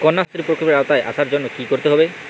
কন্যাশ্রী প্রকল্পের আওতায় আসার জন্য কী করতে হবে?